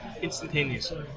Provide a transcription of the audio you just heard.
instantaneously